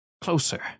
closer